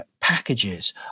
packages